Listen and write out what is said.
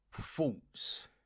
thoughts